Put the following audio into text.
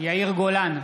יאיר גולן,